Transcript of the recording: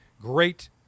great